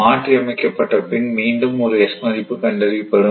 மாற்றி அமைக்கப்பட்ட பின் மீண்டும் S மதிப்பு கண்டறியப்படும்